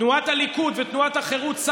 תנועת הליכוד ותנועת החרות,